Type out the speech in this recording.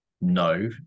no